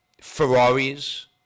Ferraris